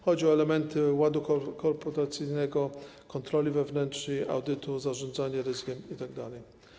Chodzi o elementy ładu korporacyjnego, kontroli wewnętrznej, audytu, zarządzanie ryzykiem itd.